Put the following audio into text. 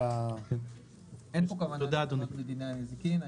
אין כאן כוונה לשנות מדיני הנזיקין.